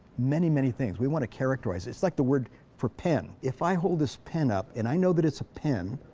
many, many things. we want to characterize it. it's like the word for pen. if i hold this pen up and i know that it's a pen,